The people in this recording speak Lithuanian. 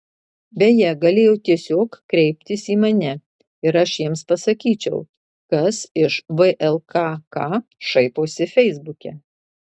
beje galėjo tiesiog kreiptis į mane ir aš jiems pasakyčiau kas iš vlkk šaiposi feisbuke